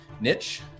niche